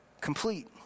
complete